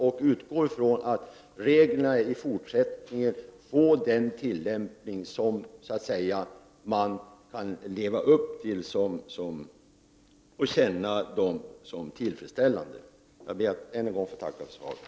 Jag utgår från att reglerna i fortsättningen tillämpas på ett sådant sätt att man känner att man kan leva upp till dem och att de upplevs som tillfredsställande. Ännu en gång tackar jag för svaret.